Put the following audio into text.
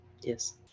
Yes